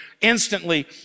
instantly